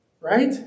Right